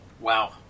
Wow